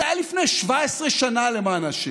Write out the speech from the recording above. זה היה לפני 17 שנה, למען השם,